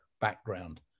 background